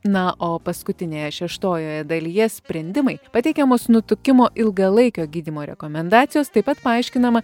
na o paskutinėje šeštojoje dalyje sprendimai pateikiamos nutukimo ilgalaikio gydymo rekomendacijos taip pat paaiškinama